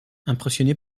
impressionné